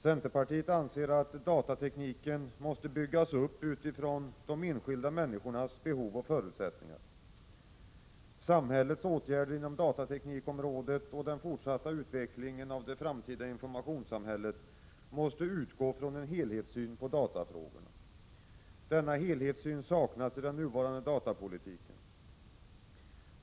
Centerpartiet anser att datatekniken måste byggas upp utifrån de enskilda människornas behov och förutsättningar. Samhällets åtgärder inom datateknikområdet och den fortsatta utvecklingen av det framtida informationssamhället måste utgå från en helhetssyn på datafrågorna. Denna helhetssyn saknas i den nuvarande datapolitiken.